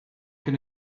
can